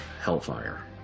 hellfire